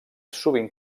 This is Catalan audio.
sovint